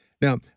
Now